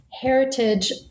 heritage